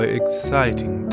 exciting